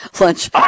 lunch